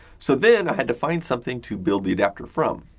so then, i had to find something to build the adapter from.